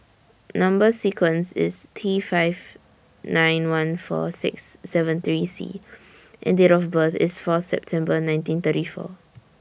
Number sequence IS T five nine one four six seven three C and Date of birth IS Fourth September nineteen thirty four